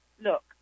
Look